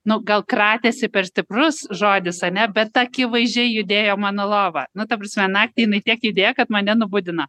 nu gal kratėsi per stiprus žodis ane bet akivaizdžiai judėjo mano lova nu ta prasme naktį jinai tiek judėjo kad mane nubudina